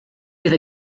with